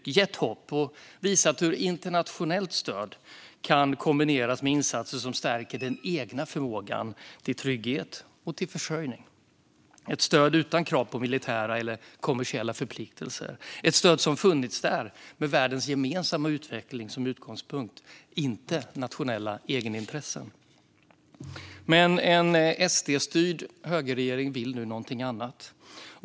Det har gett hopp och visat hur internationellt stöd kan kombineras med insatser som stärker den egna förmågan till trygghet och försörjning. Det är ett stöd utan krav på militära eller kommersiella förpliktelser och ett stöd som funnits där med världens gemensamma utveckling som utgångspunkt, inte nationella egenintressen. Men en SD-styrd högerregering vill nu någonting annat.